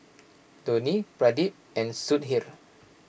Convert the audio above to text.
Dhoni Pradip and Sudhir